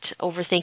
overthinking